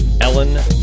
Ellen